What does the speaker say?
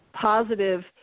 positive